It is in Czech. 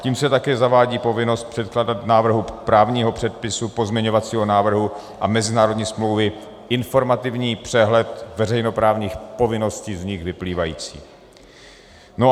Tím se také zavádí povinnost předkládat k návrhu právního předpisu, pozměňovacího návrhu a mezinárodní smlouvy informativní přehled veřejnoprávních povinností z nich vyplývajících.